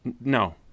no